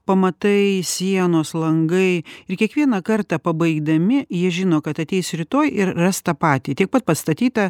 pamatai sienos langai ir kiekvieną kartą pabaigdami jie žino kad ateis rytoj ir ras tą patį tiek pat pastatyta